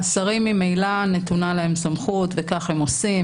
השרים ממילא נתונה להם סמכות וכך הם עושים.